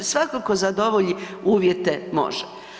Svatko tko zadovolji uvjete može.